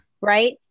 right